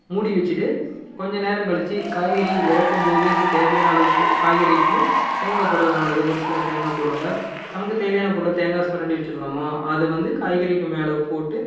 மூடி வெச்சுட்டு கொஞ்சம் நேரம் கழித்து காய்கறி இறக்கும் போது தேவையான அளவுக்கு காய்கறிக்கு தேங்காய் போடுறது நல்லது ஒரு சிலர் தேங்காய் போடுவாங்க நமக்கு தேவையான பொருளை தேங்காய் சுரண்டி வெச்சுருந்தோமோ அது வந்து காய்கறிக்கு மேலே போட்டு